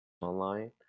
online